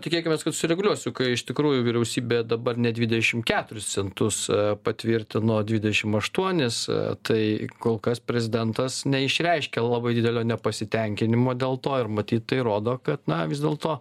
tikėkimės kad sureguliuosiu kai iš tikrųjų vyriausybė dabar ne dvidešim keturis patvirtino dvidešim aštuonis tai kol kas prezidentas neišreiškia labai didelio nepasitenkinimo dėl to ir matyt tai rodo kad na vis dėlto